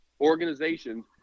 organizations